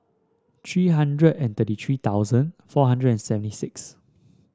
three hundred and thirty three thousand four hundred and seventy six